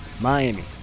Miami